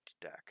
deck